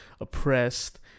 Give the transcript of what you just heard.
oppressed